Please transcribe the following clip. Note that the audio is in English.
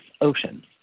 oceans